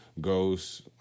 Ghosts